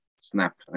snap